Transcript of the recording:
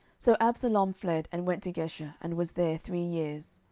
so absalom fled, and went to geshur, and was there three years.